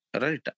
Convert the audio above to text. Right